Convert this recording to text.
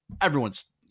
everyone's